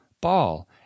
ball